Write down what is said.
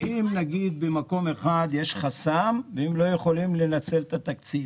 אם נגיד במקום אחד יש חסם והם לא יכולים לנצל את התקציב,